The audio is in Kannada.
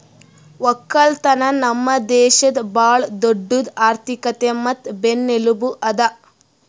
ಒಕ್ಕಲತನ ನಮ್ ದೇಶದ್ ಭಾಳ ದೊಡ್ಡುದ್ ಆರ್ಥಿಕತೆ ಮತ್ತ ಬೆನ್ನೆಲುಬು ಅದಾ